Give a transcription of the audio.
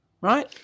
right